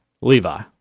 Levi